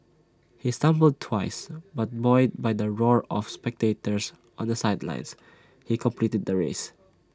he stumbled twice but buoyed by the roar of spectators on the sidelines he completed the race